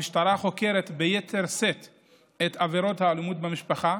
המשטרה חוקרת ביתר שאת את עבירות האלימות במשפחה,